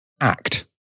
act